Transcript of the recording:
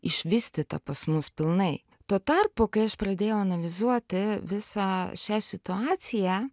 išvystyta pas mus pilnai tuo tarpu kai aš pradėjau analizuoti visą šią situaciją